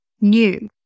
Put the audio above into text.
new